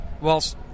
Whilst